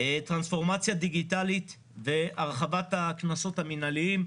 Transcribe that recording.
טרנספורמציה דיגיטלית והרחבת הקנסות המנהליים.